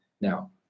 now